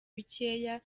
bikeya